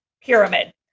Pyramid